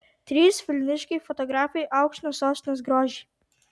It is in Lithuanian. trys vilniškiai fotografai aukština sostinės grožį